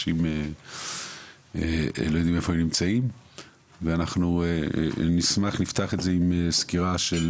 אנשים לא יודעים איפה הם נמצאים ואנחנו נשמח לפתוח את זה עם סקירה של